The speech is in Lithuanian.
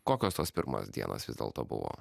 kokios tos pirmos dienos vis dėlto buvo